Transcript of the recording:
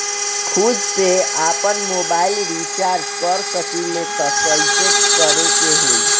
खुद से आपनमोबाइल रीचार्ज कर सकिले त कइसे करे के होई?